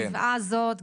גבעה זאת,